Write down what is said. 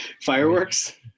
Fireworks